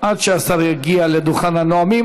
עד שהשר יגיע לדוכן הנאומים,